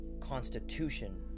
constitution